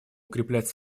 укреплять